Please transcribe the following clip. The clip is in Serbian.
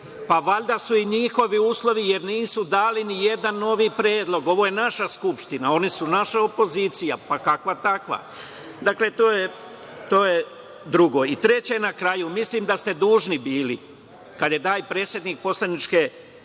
Pa valjda su i njihovi uslovi jer nisu dali nijedan novi predlog? Ovo je naša Skupština i oni su naša opozicija, pa kakva-takva. Dakle, to je drugo. Treće, na kraju, mislim da ste dužni bili, kada je taj predsednik poslaničke